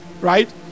right